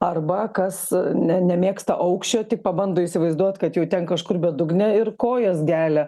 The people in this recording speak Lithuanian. arba kas nemėgsta aukščio tik pabando įsivaizduot kad jau ten kažkur bedugnė ir kojas gelia